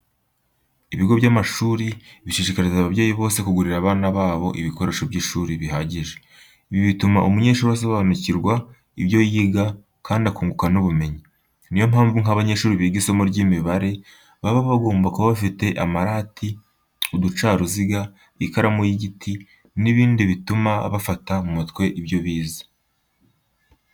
Ibigo by'amashuri bishishikariza ababyeyi bose kugurira abana babo ibikoresho by'ishuri bihagije. Ibi bituma umunyeshuri asobanukirwa ibyo yiga kandi akunguka n'ubumyenyi. Ni yo mpamvu nk'abanyeshuri biga isomo ry'imibare baba bagomba kuba bafite amarati, uducaruziga, ikaramu y'igiti n'ibindi bituma bafata mu mutwe ibyo bize.